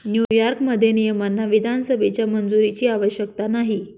न्यूयॉर्कमध्ये, नियमांना विधानसभेच्या मंजुरीची आवश्यकता नाही